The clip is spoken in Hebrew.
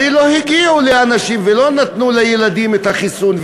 הרי לא הגיעו לאנשים ולא נתנו לילדים את החיסון,